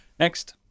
Next